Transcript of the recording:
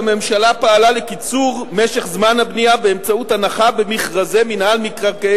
הממשלה פעלה לקיצור זמן הבנייה באמצעות הנחה במכרזי מינהל מקרקעי